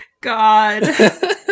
God